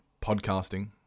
podcasting